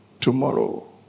Tomorrow